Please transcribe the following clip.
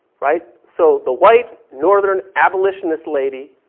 right? so the white, northern, abolishonist lady,